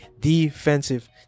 Defensive